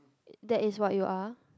that is what you are